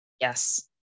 Yes